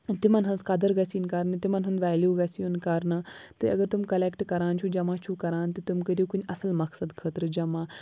تِمَن ہٕنٛز قدٕر گژھِ یِن کَرنہٕ تِمَن ہُنٛد ویلیوٗ گژھِ یُن کَرنہٕ تُہۍ اَگر تِم کَلٮ۪کٹ کَران چھُو جمع چھُو کَران تہٕ تِم کٔرِو کُنہِ اَصٕل مقصد خٲطرٕ جمع